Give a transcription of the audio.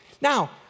Now